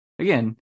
again